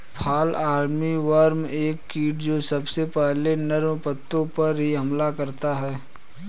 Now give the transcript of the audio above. fall armyworm एक कीट जो सबसे पहले नर्म पत्तों पर हमला करता है